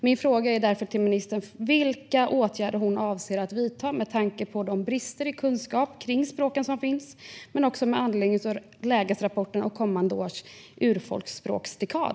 Min fråga till ministern är därför: Vilka åtgärder avser hon att vidta med tanke på de brister i kunskap om språken som finns men också med anledning av lägesrapporten och kommande års urfolksspråksdekad?